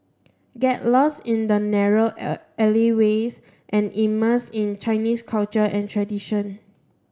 get lost in the narrow alleyways and immerse in Chinese culture and tradition